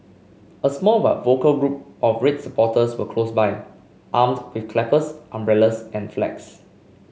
a small but vocal group of red supporters were close by armed with clappers umbrellas and flags